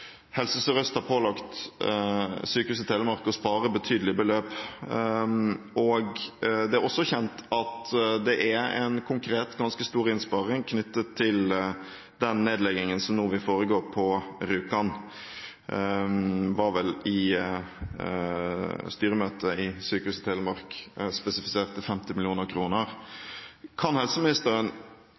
Helse Sør-Øst har pålagt Sykehuset Telemark å spare betydelige beløp. Det er også kjent at det er en konkret, ganske stor innsparing knyttet til den nedleggingen som nå vil foregå på Rjukan – den var vel i styremøtet i Sykehuset Telemark spesifisert til 50 mill. kr. Kan helseministeren